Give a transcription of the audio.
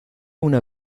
una